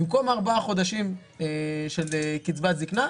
במקום ארבעה חודשים של קצבת זקנה,